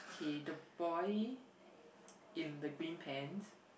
okay the boy in the green pants